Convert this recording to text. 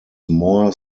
more